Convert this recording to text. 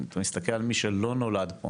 אני מסתכל על כל מי שלא נולד פה